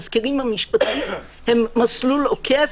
המזכירים המשפטיים הם מסלול עוקף,